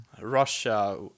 Russia